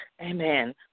Amen